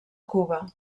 cuba